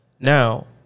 Now